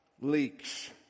leaks